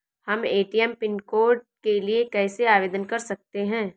हम ATM pin code के लिए कैसे आवेदन कर सकते हैं?